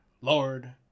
Lord